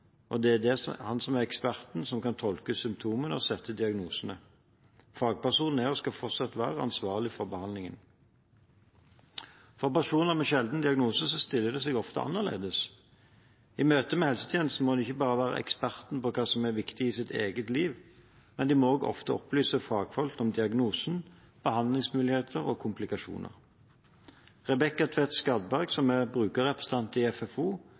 og det er han som er eksperten, som kan tolke symptomene og stille diagnosene. Fagpersonen her skal fortsatt være ansvarlig for behandlingen. For personer med sjelden diagnose stiller det seg ofte annerledes. I møte med helsetjenesten må en ikke bare være eksperten på hva som er viktig i sitt eget liv, men også ofte opplyse fagfolk om diagnosen, behandlingsmuligheter og komplikasjoner. Rebecca Tvedt Skarberg, som er brukerrepresentant i FFO,